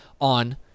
on